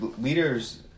leaders